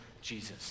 Jesus